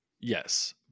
Yes